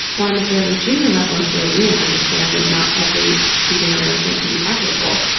why? i'm a fairly junior level employee and understand that not every seating arrangement can be equitable.